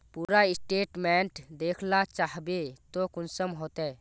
पूरा स्टेटमेंट देखला चाहबे तो कुंसम होते?